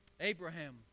Abraham